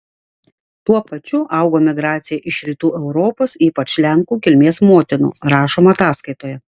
tuo pačiu augo migracija iš rytų europos ypač lenkų kilmės motinų rašoma ataskaitoje